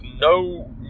no